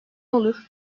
olur